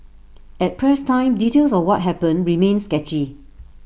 at press time details of what happened remained sketchy